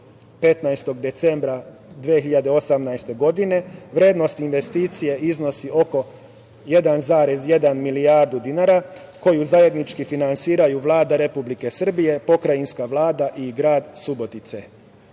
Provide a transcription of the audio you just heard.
15. decembra 2018. godine. Vrednost investicije iznosi oko 1,1 milijardu dinara koju zajednički finansiraju Vlada Republike Srbije, pokrajinska Vlada i grad Subotica.